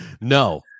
No